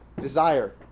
desire